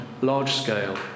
large-scale